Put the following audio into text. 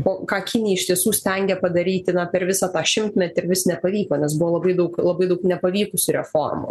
po ką kinija iš tiesų stengia padaryti na per visą tą šimtmetį ir vis nepavyko nes buvo labai daug labai daug nepavykusių reformų